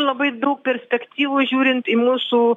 labai daug perspektyvų žiūrint į mūsų